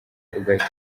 ugahita